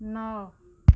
नौ